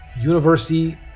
University